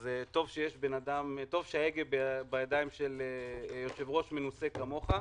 טוב שההגה בידי יושב-ראש מנוסה כמוך.